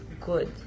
good